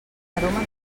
aroma